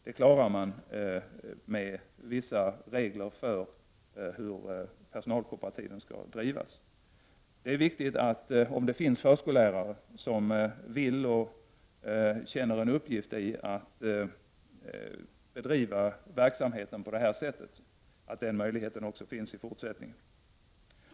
Detta klarar man med vissa regler för hur personalkooperativen skall drivas. Om det finns förskollärare som vill bedriva verksamheten på det här sättet, och finner en uppgift i detta, så är det viktigt att den möjligheten också finns i fortsättningen.